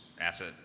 asset